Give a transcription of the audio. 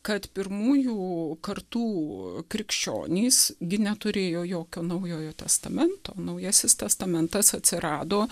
kad pirmųjų kartų krikščionys gi neturėjo jokio naujojo testamento naujasis testamentas atsirado